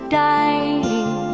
dying